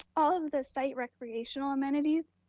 all of the site recreational amenities,